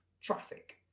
traffic